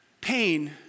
pain